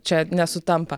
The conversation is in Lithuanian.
čia nesutampa